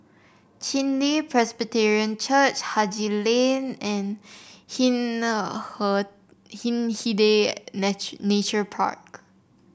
Chen Li Presbyterian Church Haji Lane and Hindhede Nature Park